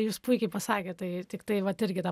jūs puikiai pasakėt tai tiktai vat irgi tą